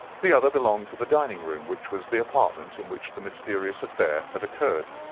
the other belonged to the dining-room, which was the apartment in which the mysterious affair had occurred.